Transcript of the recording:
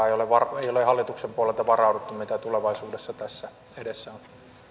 ei ole hallituksen puolelta varauduttu mitä tulevaisuudessa tässä edessä on